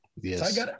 Yes